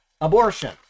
abortion